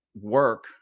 work